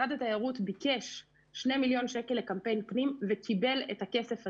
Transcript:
משרד התיירות ביקש שני מיליון שקל לקמפיין פנים וקיבל את הכסף הזה.